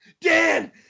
Dan